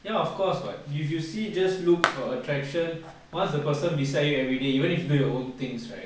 ya of course [what] if you see just look for attraction wants the person beside you everyday even if you do your own things right then